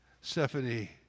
Stephanie